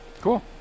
Cool